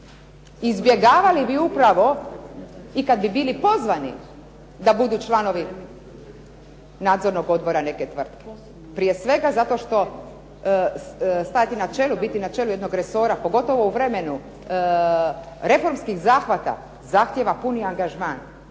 izbjegavali bi upravo i kad bi bili pozvani da budu članovi nadzornog odbora neke tvrtke, prije svega zato što stati na čelu, biti na čelu jednog resora, pogotovo u vremenu reformskih zahvata zahtjeva puni angažman.